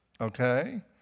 okay